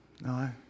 No